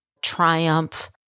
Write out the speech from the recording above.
triumph